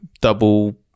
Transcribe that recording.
double